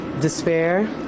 despair